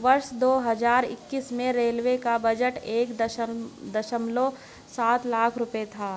वर्ष दो हज़ार इक्कीस में रेलवे का बजट एक दशमलव सात लाख रूपये था